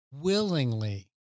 willingly